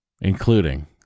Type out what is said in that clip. including